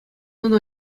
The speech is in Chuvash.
ӑна